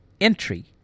entry